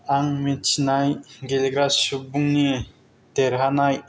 आं मिथिनाय गेलेग्रा सुबुंनि देरहानाय